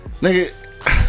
Nigga